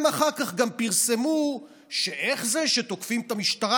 הם אחר כך גם פרסמו ש"איך זה שתוקפים את המשטרה".